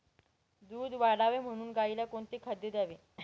दूध वाढावे म्हणून गाईला कोणते खाद्य द्यावे?